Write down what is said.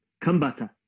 Kambata